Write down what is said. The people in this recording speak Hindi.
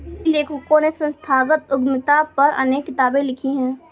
कई लेखकों ने संस्थागत उद्यमिता पर अनेक किताबे लिखी है